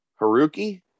Haruki